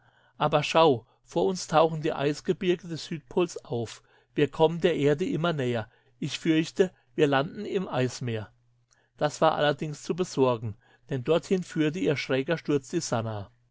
aber schau vor uns tauchen die eisgebirge des südpols auf wir kommen der erde immer näher ich fürchte wir landen im eismeer das war allerdings zu besorgen denn dorthin führte ihr schräger sturz die sannah